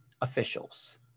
officials